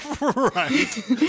right